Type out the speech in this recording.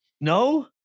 No